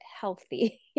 healthy